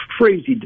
crazy